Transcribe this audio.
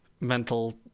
mental